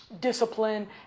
discipline